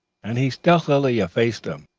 and he stealthily effaced them.